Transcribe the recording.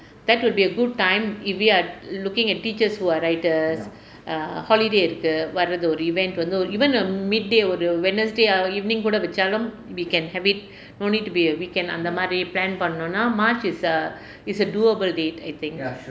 that would be a good time if we are looking at teachers who are writers err holiday இருக்கு வரது ஒரு:irukku varathu oru event வந்து ஒரு:vanthu oru even a midday ஒரு:oru wednesday or evening கூட வைச்சாலும்:kuda vaichaalum we can have it no need to be a weekend அந்த மாதிரி:antha maathiri plan பண்ணோம்ன்னா:pannomnnaa march is a is a doable date I think